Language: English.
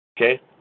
Okay